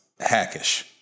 hackish